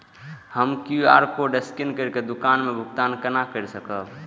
हम QR code scan करके दुकान में भुगतान केना कर सकब?